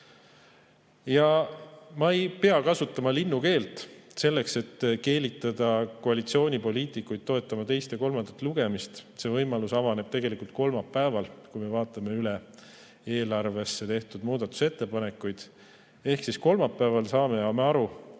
ja ma ei pea kasutama linnukeelt selleks, et keelitada koalitsioonipoliitikuid toetama teist ja kolmandat lugemist. See võimalus avaneb kolmapäeval, kui me vaatame üle eelarvesse tehtud muudatusettepanekud. Kolmapäeval saame aru,